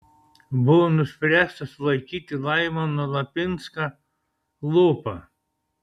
buvo nuspręsta sulaikyti laimoną lapinską lopą